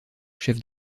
chef